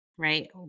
right